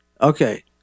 Okay